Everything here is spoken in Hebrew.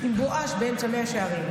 עם בואש באמצע מאה שערים,